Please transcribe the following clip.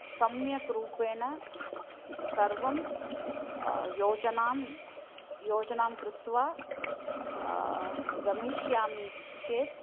सम्यक् रूपेण स् सर्वं योजनां योजनां कृत्वा गमिष्यामि चेत्